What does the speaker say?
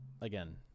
again